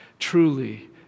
Truly